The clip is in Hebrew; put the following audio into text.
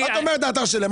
את אומרת שזה באתר שלהם,